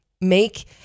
make